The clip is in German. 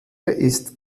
ist